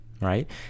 right